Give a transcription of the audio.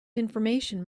information